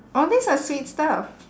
all these are sweet stuff